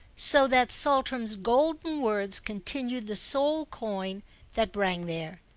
so that saltram's golden words continued the sole coin that rang there.